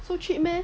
so cheap meh